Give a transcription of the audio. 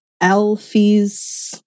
Alfie's